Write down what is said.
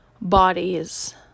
bodies